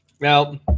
Now